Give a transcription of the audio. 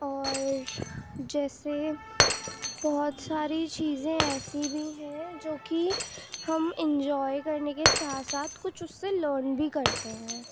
اور جیسے بہت ساری چیزیں ایسی بھی ہیں جو کہ ہم انجوائے کرنے کے ساتھ ساتھ کچھ اس سے لرن بھی کرتے ہیں